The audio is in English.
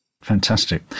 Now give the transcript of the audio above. Fantastic